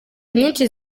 nyinshi